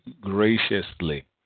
graciously